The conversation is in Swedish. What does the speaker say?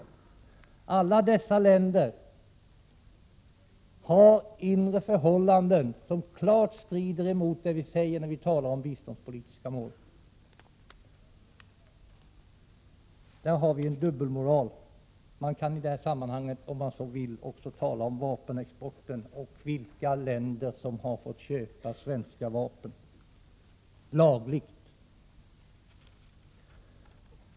I alla dessa länder råder inre förhållanden som klart strider mot det vi säger när vi talar om biståndspolitiska mål. Där har vi en dubbelmoral. Man kan, om man så vill, i sammanhanget också tala om vapenexporten och länder som har fått köpa svenska vapen lagligt.